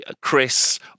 Chris